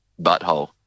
Butthole